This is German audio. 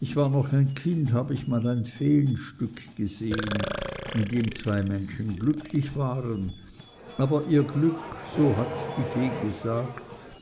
ich war noch ein kind hab ich mal ein feenstück gesehn in dem zwei menschen glücklich waren aber ihr glück so hatte die fee gesagt